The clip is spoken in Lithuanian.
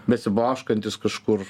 besiblaškantis kažkur